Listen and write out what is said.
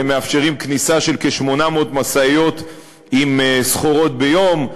הם מאפשרים כניסה של כ-800 משאיות עם סחורות ביום.